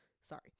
Sorry